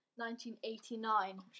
1989